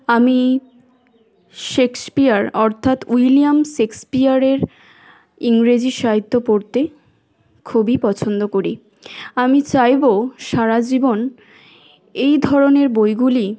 আমি শেক্সপিয়র অর্থাৎ উইলিয়াম শেক্সপিয়রের ইংরেজি সাহিত্য পড়তে খুবই পছন্দ করি আমি চাইব সারা জীবন এই ধরনের বইগুলি